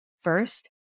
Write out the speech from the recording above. First